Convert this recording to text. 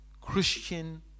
Christian